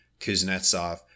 Kuznetsov